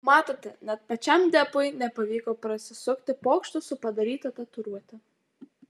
matote net pačiam depui nepavyko prasisukti pokštu su padaryta tatuiruote